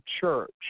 church